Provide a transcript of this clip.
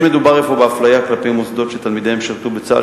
לא מדובר אפוא באפליה כלפי מוסדות שתלמידיהם שירתו בצה"ל,